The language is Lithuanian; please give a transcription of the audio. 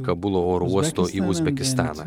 kabulo oro uosto į uzbekistaną